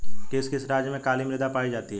किस किस राज्य में काली मृदा पाई जाती है?